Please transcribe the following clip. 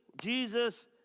Jesus